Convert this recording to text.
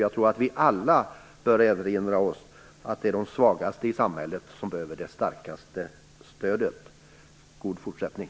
Jag tror att vi alla bör erinra oss om att det är de svagaste i samhället som behöver det starkaste stödet. God fortsättning!